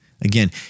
Again